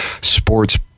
Sports